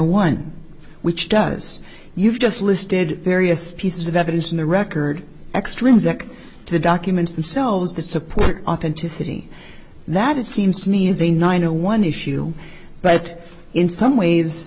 one which does you've just listed various pieces of evidence in the record extrinsic the documents themselves to support authenticity that it seems to me is a nine to one issue but in some ways